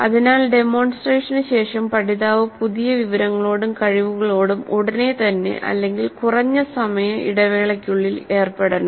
അതിനാൽഡെമോൺസ്ട്രേഷന് ശേഷം പഠിതാവ് പുതിയ വിവരങ്ങളോടും കഴിവുകളോടും ഉടനെ തന്നെ അല്ലെങ്കിൽ കുറഞ്ഞ സമയ ഇടവേളക്കുള്ളിൽ ഏർപ്പെടണം